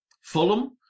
Fulham